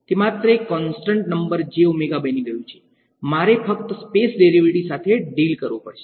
તે માત્ર એક કોંસ્ટંટ નંબર j ઓમેગા બની ગયું છે મારે ફક્ત સ્પેસ ડેરિવેટિવ્ઝ સાથે ડીલ કરવો પડશે